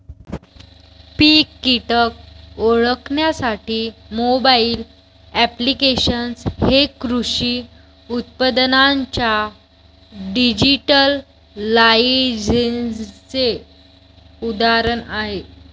पीक कीटक ओळखण्यासाठी mobile applications हे कृषी उत्पादनांच्या डिजिटलायझेशनचे उदाहरण आहे